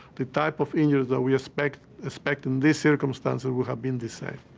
the type of injury that we expect expect in this circumstance that would have been the same.